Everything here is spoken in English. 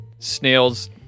Snails